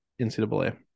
ncaa